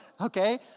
Okay